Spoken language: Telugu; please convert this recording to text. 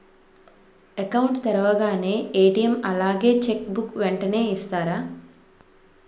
అకౌంట్ తెరవగానే ఏ.టీ.ఎం అలాగే చెక్ బుక్ వెంటనే ఇస్తారా?